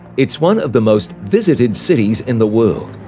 it's one of the most visited cities in the world.